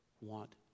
want